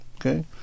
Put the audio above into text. okay